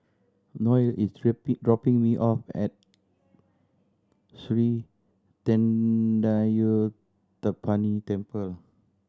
Noel is dropping me off at Sri Thendayuthapani Temple